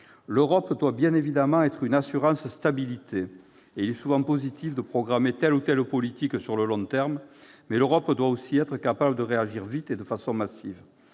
L'Europe doit bien évidemment être une « assurance stabilité », et il est souvent positif de programmer telle ou telle politique sur le long terme. Mais l'Europe doit aussi être capable de réagir vite et de façon massive.